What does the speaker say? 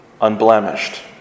unblemished